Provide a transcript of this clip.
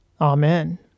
amen